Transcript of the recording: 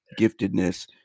giftedness